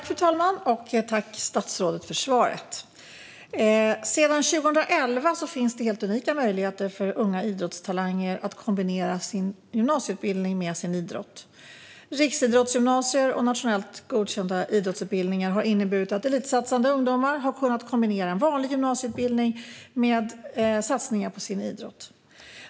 Fru talman! Tack, statsrådet, för svaret! Sedan 2011 finns det helt unika möjligheter för unga idrottstalanger att kombinera sin gymnasieutbildning med sin idrott. Riksidrottsgymnasier och nationellt godkända idrottsutbildningar har inneburit att elitsatsande ungdomar har kunnat kombinera en vanlig gymnasieutbildning med en satsning på sin idrott.